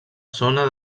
zona